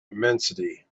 immensity